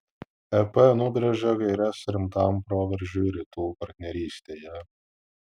ep nubrėžė gaires rimtam proveržiui rytų partnerystėje